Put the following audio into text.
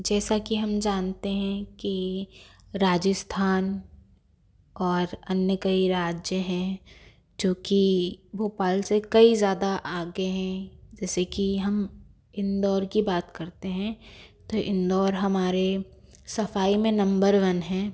जैसा कि हम जानते हैं कि राजस्थान और अन्य कई राज्य हैं जो कि भोपाल से कई ज़्यादा आगे हैं जैसे कि हम इंदौर की बात करते हैं तो इंदौर हमारे सफाई में नंबर वन हैं